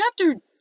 chapter